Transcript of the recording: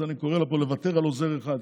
אז אני קורא לה פה לוותר על עוזר אחד,